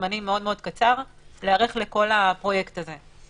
זמנים מאוד מאוד קצר להיערך לכל הפרויקט הזה.